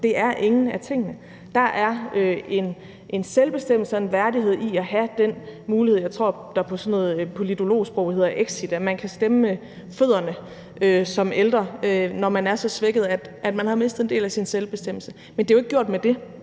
Det er ingen af tingene. Der er en selvbestemmelse og en værdighed i at have den mulighed, jeg tror der på sådan noget politologsprog hedder »exit«, at man kan stemme med fødderne som ældre, når man er så svækket, at man har mistet en del af sin selvbestemmelse. Men det er jo ikke gjort med det.